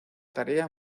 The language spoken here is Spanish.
tarea